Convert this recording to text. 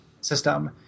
system